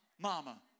mama